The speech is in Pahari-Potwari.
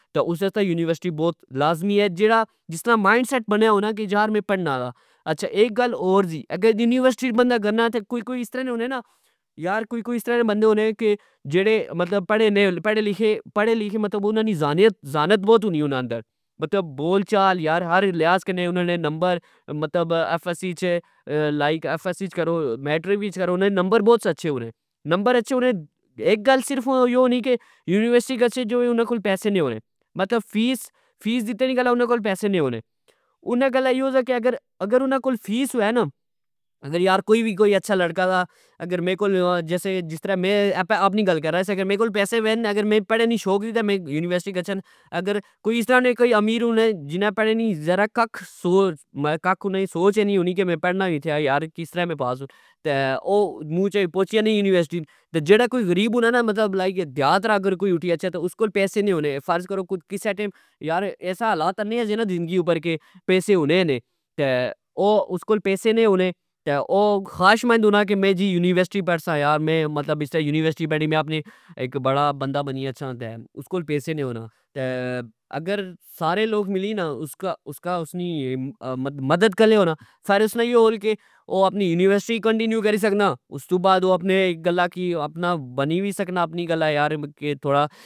تہ اس واستہ یونیورسٹی لاظمی ہہجیڑا مائنڈ سیٹ بنیا ہونا کہ یار مین پڑنا اچھا .اک گل ہور دس اگر یونیورسٹی کوئی بندا گنا تہ کوئی کوئی اس طرع نے ہونے نا یار کوئی کوئی اس طرع نے بندے ہونے کہ جیڑے پڑے لخے مطلب انا نی ذہانت ذہانت بؤ ہونی .انا اندر مطلب بول چال یا ہر لہٰذ کنہ انا نے نمبرایف ایس سی اچ لائک ایف ایس سی کرو میٹرک وچ کرو نا نمبر بوت اچھے ہونے نمبر اچھے ہونے .اک گل صرف یو ہونی کہ یونیورسٹی گچھی جوگے انا کول پیسے نی ہونے مطلب فیس دتے نی گلہ انا کول پیسے نی ہونے انا گلہ یو سا کہ اگر انا کول فیس ہووہ نا اگر کوئی وی اچھا لڑکا سا اگر میرے کول ,اگر میں آپنی گل کرہ میرے کول پیسے وین نا اگر میں پڑن نی شوق وچ یونیورسٹی گچھا اگر کوئی اس طرع نے کوئی امیر ہونے جنا پڑے نی ذرا ککھ سوچ ہی نی ہونی کہ یار میں پڑنا وی تھیا یار کس طرع میں پاس ہو تہ او موں چائی پوچی جانے یونیورسٹی تہ جیڑا کوئی غریب ہونا نا مطلب دیہات نا اگر کوئی اٹھی اچھہ تہ اس کول پیسے نی ہونے .فرض کرو کسہ ٹئم یار ایسا خالات آنے سی نا ذندگی اپر کہ پیسے ہونے نے تہ اس کول پیسے نی ہونے تہ او خوائش مند ہونا کہ میں یونیورسٹی پڑسا یا میں یونیورسٹی بینی میں آپنی اک بڑا بندا بنی گچھا اس کول پیسا نی ہونا تہ اگر سارے لوگ ملی نا اسکا اسنی مدد کرنے او نا فر اسنا یہ ہول کہ او اپنی یونیورسٹی کنٹینیو کری سکنا ,استو بعد او اپنے اک گلہ کی اپنا بنی وی سکنا کہ اپنی گلہ کہ یار تھوڑا